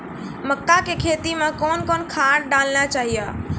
मक्का के खेती मे कौन कौन खाद डालने चाहिए?